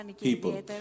people